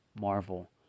Marvel